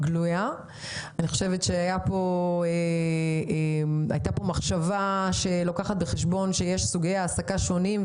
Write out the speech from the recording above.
אלא הייתה פה מחשבה שלוקחת בחשבון שיש סוגי העסקה שונים,